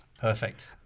perfect